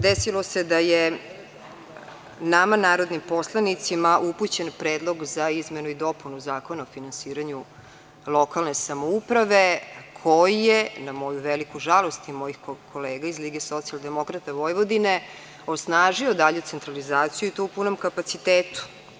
Desilo se da je nama narodnim poslanicima upućen Predlog za izmenu i dopunu Zakona o finansiranju lokalne samouprave koje na moju veliku žalost i mojih kolega iz LSV, osnažio dalju centralizaciju i to u punom kapacitetu.